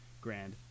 Grand